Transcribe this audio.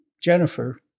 Jennifer